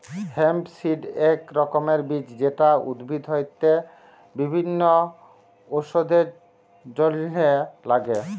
hemp seed এক রকমের বীজ যেটা উদ্ভিদ হইতে বিভিল্য ওষুধের জলহে লাগ্যে